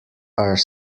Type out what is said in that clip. are